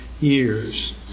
years